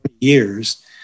years